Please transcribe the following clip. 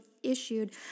issued